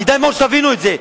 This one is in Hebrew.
כדאי מאוד שתבינו את זה.